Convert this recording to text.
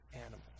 animals